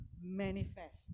manifest